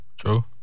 True